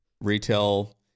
retail